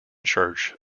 church